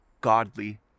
godly